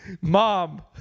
Mom